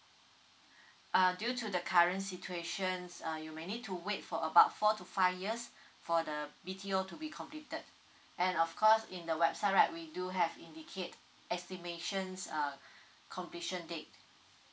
uh due to the current situation uh you may need to wait for about four to five years for the B_T_O to be completed and of course in the website right we do have indicate estimations uh completion date